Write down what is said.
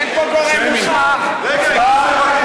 אין פה גורם מוסמך, שמית.